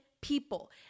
people